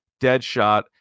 Deadshot